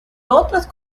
otras